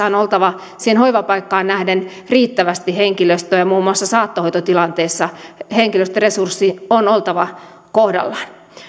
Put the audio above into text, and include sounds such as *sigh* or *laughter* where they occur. *unintelligible* on oltava siihen hoivapaikkaan nähden riittävästi henkilöstöä ja muun muassa saattohoitotilanteessa henkilöstöresurssin on oltava kohdallaan